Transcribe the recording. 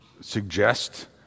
suggest